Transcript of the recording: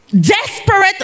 Desperate